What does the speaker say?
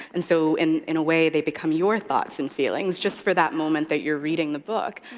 and so in in a way, they become your thoughts and feelings just for that moment that you're reading the book.